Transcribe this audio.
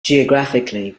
geographically